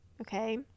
okay